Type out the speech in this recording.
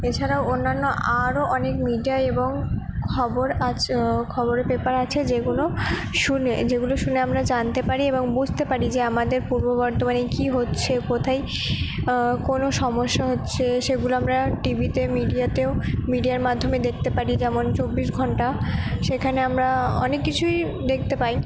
এছাড়াও অন্যান্য আরও অনেক মিডিয়া এবং খবর আচ খবরের পেপার আছে যেগুলো শুনে যেগুলো শুনে আমরা জানতে পারি এবং বুঝতে পারি যে আমাদের পূর্ব বর্ধমানে কি হচ্ছে কোথায় কোনো সমস্যা হচ্ছে সেগুলো আমরা টিভিতে মিডিয়াতেও মিডিয়ার মাধ্যমে দেখতে পারি যেমন চব্বিশ ঘন্টা সেখানে আমরা অনেক কিছুই দেখতে পাই